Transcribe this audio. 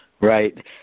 Right